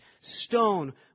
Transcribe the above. stone